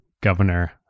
governor